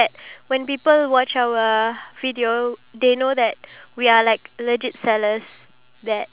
ya I felt okay eh but then like like now like it's okay again but then